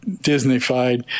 Disney-fied